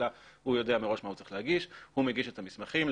הוא מגיש את המסמכים.